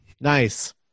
Nice